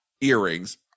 earrings